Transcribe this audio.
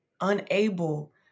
unable